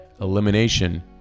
Elimination